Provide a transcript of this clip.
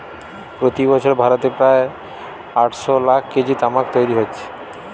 প্রতি বছর ভারতে প্রায় আটশ লাখ কেজি তামাক তৈরি হচ্ছে